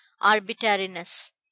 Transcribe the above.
arbitrariness